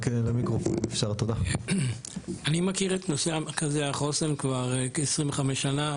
אני מכיר את נושא מרכזי החוסן כבר 25 שנה.